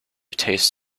taste